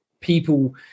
people